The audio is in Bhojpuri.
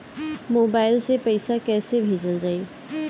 मोबाइल से पैसा कैसे भेजल जाइ?